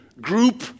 group